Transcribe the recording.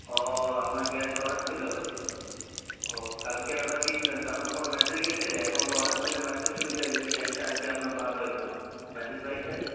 ও আপনার gas order ছিল ও কালকে অর্ডার দিয়েছিলেন তো আপনার ফোনে মেসেজ গেছে এখন তো অর্ডার দিলে মেসেজ চলে যায় যদি গ্যাসটা আজকে আপনার বার হয় তো মেসেজ পাইছেন